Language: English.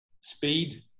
speed